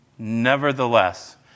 Nevertheless